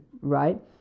right